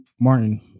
Martin